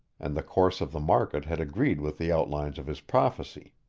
and the course of the market had agreed with the outlines of his prophecy.